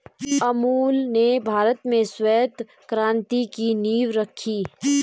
अमूल ने भारत में श्वेत क्रान्ति की नींव रखी